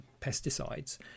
pesticides